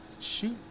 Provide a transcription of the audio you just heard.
shoot